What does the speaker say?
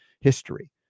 history